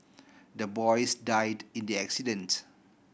the boys died in the accident